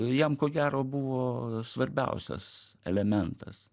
jam ko gero buvo svarbiausias elementas